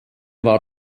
war